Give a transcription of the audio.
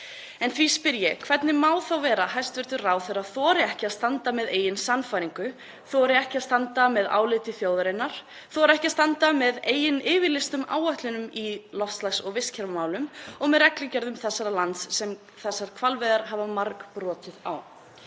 En því spyr ég: Hvernig má þá vera að hæstv. ráðherra þori ekki að standa með eigin sannfæringu, þori ekki að standa með áliti þjóðarinnar, þori ekki að standa með eigin yfirlýstum áætlunum í loftslags- og vistkerfamálum og með reglugerðum landsins sem þessar hvalveiðar hafa margbrotið?